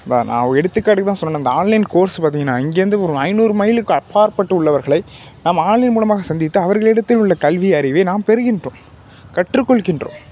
அதுதான் நான் ஒரு எடுத்துக்காட்டுக்கு தான் சொன்னேன் நான் இந்த ஆன்லைன் கோர்ஸு பார்த்திங்கன்னா இங்கே இருந்து ஒரு ஐந்நூறு மைலுக்கு அப்பாற்பட்டு உள்ளவர்களை நம்ம ஆன்லைன் மூலமாக சந்தித்து அவர்களிடத்தில் உள்ள கல்வி அறிவை நாம் பெறுகின்றோம் கற்றுக் கொள்கின்றோம்